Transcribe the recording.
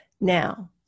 Now